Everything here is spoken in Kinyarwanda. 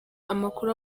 amakuru